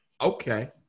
okay